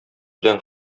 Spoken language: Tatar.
белән